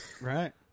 Right